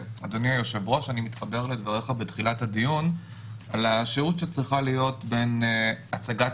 אני מתחבר לדבריך בתחילת הדיון על השהות שצריכה להיות בין הצגת